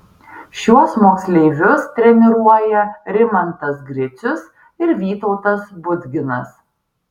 šiuos moksleivius treniruoja rimantas gricius ir vytautas budginas